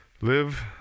Live